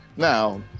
Now